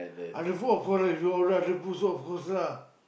of course lah